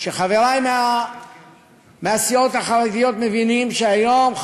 שחברי מהסיעות החרדיות מבינים שהיום,